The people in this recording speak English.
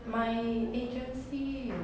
my agency